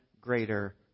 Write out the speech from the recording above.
greater